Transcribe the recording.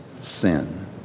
sin